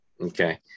Okay